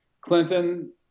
Clinton